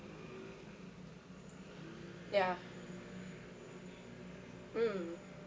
ya mm